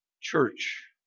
church